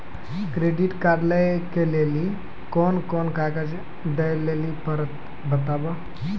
Credit card लै के लेली कोने कोने कागज दे लेली पड़त बताबू?